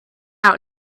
out